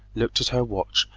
looked at her watch,